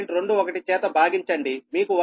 21 చేత భాగించండిమీకు 1